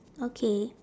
okay